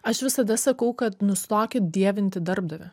aš visada sakau kad nustokit dievinti darbdavį